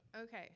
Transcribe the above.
Okay